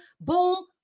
boom